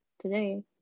today